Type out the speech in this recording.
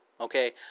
Okay